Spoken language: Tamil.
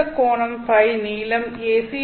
இந்த கோணம் φ நீளம் AC